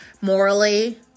morally